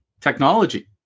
technology